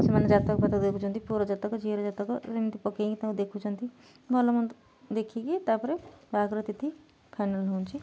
ସେମାନେ ଜାତକ ଫାତକ ଦେଖୁଛନ୍ତି ପୁଅର ଜାତକ ଝିଅର ଜାତକ ଏମିତି ପକାଇକି ତାଙ୍କୁ ଦେଖୁଛନ୍ତି ଭଲ ମନ୍ଦ ଦେଖିକି ତାପରେ ବାହାଘର ତିଥି ଫାଇନାଲ୍ ହେଉଛି